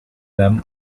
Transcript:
them